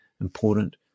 important